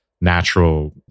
natural